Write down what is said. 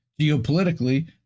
geopolitically